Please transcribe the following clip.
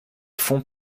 fonds